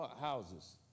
houses